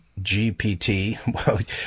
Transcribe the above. GPT